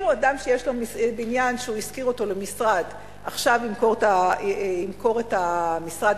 אם אדם שיש לו בניין השכיר אותו למשרד ימכור עכשיו את המשרד,